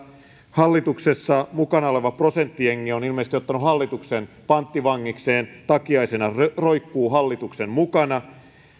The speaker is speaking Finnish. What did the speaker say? hallituksessa mukana oleva prosenttijengi on ilmeisesti ottanut hallituksen panttivangikseen takiaisena roikkuu hallituksen mukana